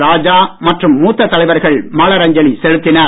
ராஜா மற்றும் மூத்த தலைவர்கள் மலர் அஞ்சலி செலுத்தினர்